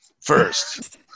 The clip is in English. first